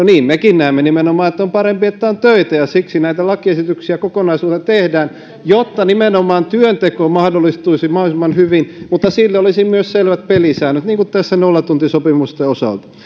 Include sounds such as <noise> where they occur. <unintelligible> niin mekin nimenomaan näemme että on parempi että on töitä ja siksi näitä lakiesityksiä kokonaisuutena tehdään jotta nimenomaan työnteko mahdollistuisi mahdollisimman hyvin mutta sille olisi myös selvät pelisäännöt niin kuin tässä nollatuntisopimusten osalta